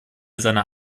seiner